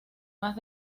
más